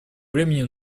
времени